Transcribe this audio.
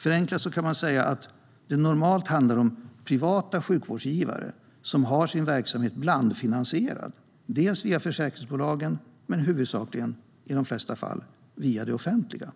Förenklat kan man säga att det normalt handlar om privata sjukvårdsgivare som har sin verksamhet blandfinansierad via försäkringsbolagen och huvudsakligen, i de flesta fall, via det offentliga.